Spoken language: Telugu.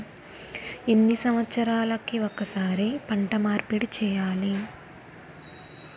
ఎన్ని సంవత్సరాలకి ఒక్కసారి పంట మార్పిడి చేయాలి?